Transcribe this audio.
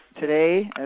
today